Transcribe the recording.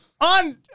On